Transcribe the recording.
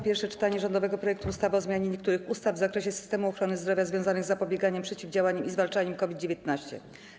Pierwsze czytanie rządowego projektu ustawy o zmianie niektórych ustaw w zakresie systemu ochrony zdrowia związanych z zapobieganiem, przeciwdziałaniem i zwalczaniem COVID-19.